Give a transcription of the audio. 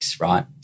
right